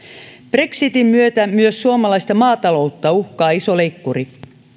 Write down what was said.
brexitin myötä myös suomalaista maataloutta uhkaa iso leikkuri